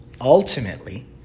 ultimately